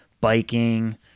biking